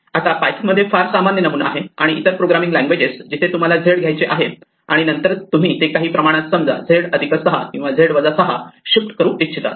आता हा पायथन मध्ये फार सामान्य नमुना आहे आणि इतर प्रोग्रॅमिंग लँग्वेजेस जिथे तुम्हाला नाव z घ्यायचे आहे आणि नंतर तुम्ही ते काही प्रमाणात समजा z 6 किंवा z z 6 शिफ्ट करू इच्छितात